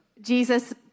Jesus